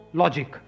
logic